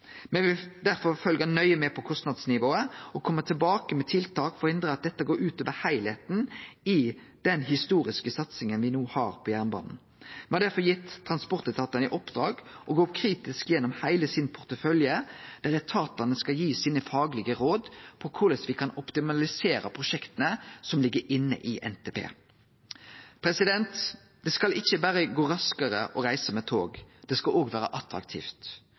Me vil derfor følgje nøye med på kostnadsnivået og kome tilbake med tiltak for å hindre at dette går ut over heilskapen i den historiske satsinga me no har på jernbane. Me har derfor gitt transportetatane i oppdrag å gå kritisk gjennom heile porteføljen sin, der etatane skal gi faglege råd om korleis me kan optimalisere prosjekta som ligg inne i NTP. Det skal ikkje berre gå raskare å reise med tog, det skal òg vere attraktivt.